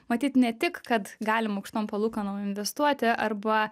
matyt ne tik kad galim aukštom palūkanom investuoti arba